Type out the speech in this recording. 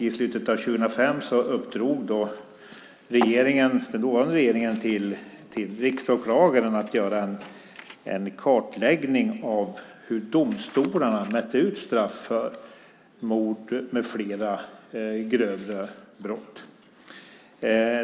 I slutet av 2005 uppdrog den dåvarande regeringen åt riksåklagaren att göra en kartläggning av hur domstolarna mätte ut straff för mord med flera grövre brott.